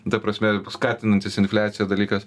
ta prasme skatinantis infliaciją dalykas